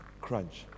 crunch